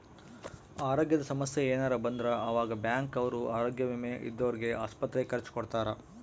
ಅರೋಗ್ಯದ ಸಮಸ್ಸೆ ಯೆನರ ಬಂದ್ರ ಆವಾಗ ಬ್ಯಾಂಕ್ ಅವ್ರು ಆರೋಗ್ಯ ವಿಮೆ ಇದ್ದೊರ್ಗೆ ಆಸ್ಪತ್ರೆ ಖರ್ಚ ಕೊಡ್ತಾರ